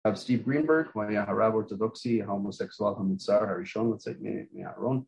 הרב סטיב גרינברג, הוא היה הרב האורתודוקסי, ההומוסקסואל המוצהר, הראשון, לצאת מהארון.